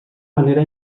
manera